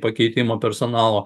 pakeitimo personalo